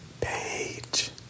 Page